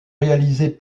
réaliser